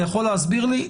אתה יכול להסביר לי?